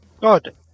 Good